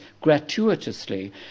gratuitously